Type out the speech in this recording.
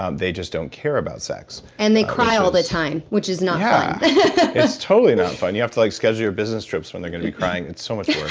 um they just don't care about sex and they cry all the time, which is not fun yeah. it's totally not fun. you have to like schedule your business trips when they're gonna be crying. it's so much work.